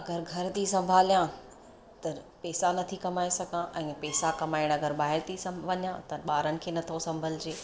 अगरि घरु थी संभालियां त पैसा नथी कमाए सघां ऐं पैसा कमाइण अगरि ॿाहिरि थी सम वञां त ॿारनि खे नथो संभलजे